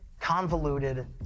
convoluted